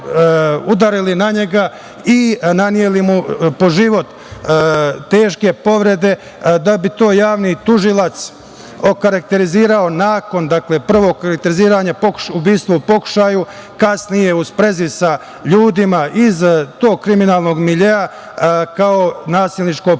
udarili na njega i naneli mu po život teške povrede da bi to javni tužilalc okarakterisao nakon prvog … ubistva u pokušaju, kasnije u sprezi sa ljudima iz tog kriminalnog miljea kao nasilničko ponašanje,